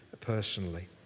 personally